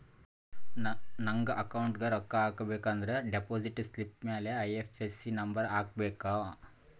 ನಂಗ್ ಅಕೌಂಟ್ಗ್ ರೊಕ್ಕಾ ಹಾಕಬೇಕ ಅಂದುರ್ ಡೆಪೋಸಿಟ್ ಸ್ಲಿಪ್ ಮ್ಯಾಲ ಐ.ಎಫ್.ಎಸ್.ಸಿ ನಂಬರ್ ಹಾಕಬೇಕ